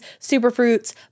superfruits